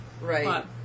Right